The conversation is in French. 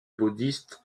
bouddhiste